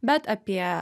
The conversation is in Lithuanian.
bet apie